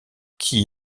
qui